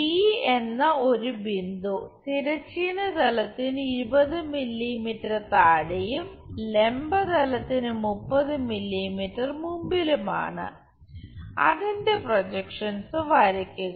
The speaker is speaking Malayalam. ഡി എന്ന ഒരു ബിന്ദു തിരശ്ചീന തലത്തിന് 20 മില്ലീമീറ്റർ താഴെയും ലംബ തലത്തിന് 30 മില്ലീമീറ്റർ മുമ്പിലുമാണ് അതിന്റെ പ്രോജെക്ഷൻസ് വരയ്ക്കുക